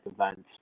events